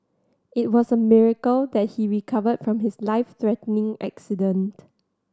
it was a miracle that he recovered from his life threatening accident